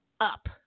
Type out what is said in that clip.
up